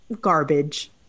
Garbage